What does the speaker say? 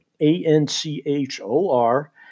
A-N-C-H-O-R